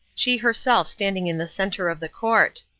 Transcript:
she herself standing in the centre of the court.